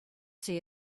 see